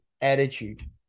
attitude